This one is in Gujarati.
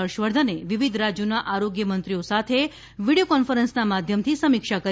હર્ષવર્ધને વિવિધ રાજ્યોના આરોગ્ય મંત્રીઓ સાથે વિડીયો કોન્ફરન્સના માધ્યમથી સમીક્ષા કરી